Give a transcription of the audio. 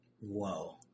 Whoa